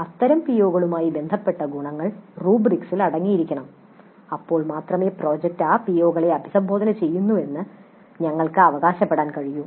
അത്തരം പിഒകളുമായി ബന്ധപ്പെട്ട ഗുണങ്ങൾ റുബ്രിക്സിൽ അടങ്ങിയിരിക്കണം അപ്പോൾ മാത്രമേ പ്രോജക്റ്റ് ആ പിഒകളെ അഭിസംബോധന ചെയ്യുന്നുവെന്ന് ഞങ്ങൾക്ക് അവകാശപ്പെടാൻ കഴിയൂ